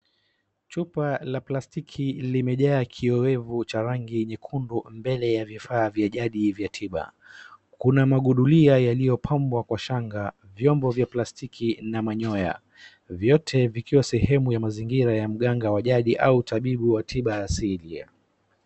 Chupa la plastiki limejaa kioevu cha rangi nyekundu mbele ya vifaa vya jadi vya tiba. Kuna magundulia yaliyopambwa kwa shanga. Vyombo vya plastiki na manyoya vyote vikiwa sehemu ya mazingira ya mganga wa jadi au tabibu wa tiba ya asili.